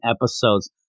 episodes